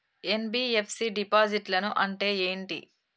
NBFC డిపాజిట్లను అంటే ఏంటి?